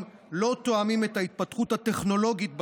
לא תואמים את ההתפתחות הטכנולוגית בתחום,